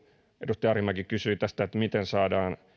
edustaja arhinmäki kysyi tästä miten saadaan